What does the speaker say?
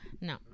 No